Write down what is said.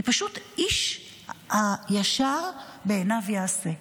פשוט איש הישר בעיניו יעשה.